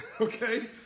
Okay